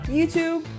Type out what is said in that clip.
YouTube